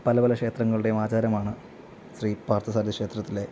പല പല ക്ഷേത്രങ്ങളുടെയും ആചാരമാണ് ശ്രീ പാർത്ഥ സാരഥി ക്ഷേത്രത്തിലെ